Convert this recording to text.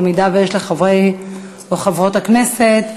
אם יש לחברי או חברות הכנסת,